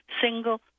single